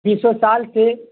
بیسیوں سال سے